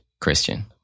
Christian